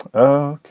oh,